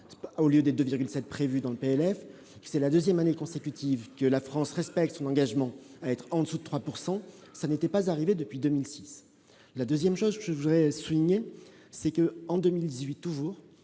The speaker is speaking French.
au lieu des 2,7 prévues dans le PLF c'est la 2ème année consécutive que la France respecte son engagement à être en dessous de 3 pourcent ça n'était pas arrivé depuis 2006, la 2ème, chose que je voudrais souligner, c'est que, en 2018 toujours,